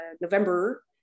November